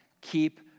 keep